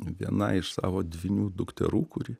vienai savo dvynių dukterų kuri